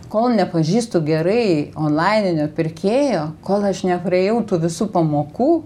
kol nepažįstu gerai onlaininio pirkėjo kol aš nepraėjau tų visų pamokų